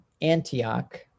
Antioch